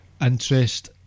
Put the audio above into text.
interest